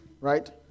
Right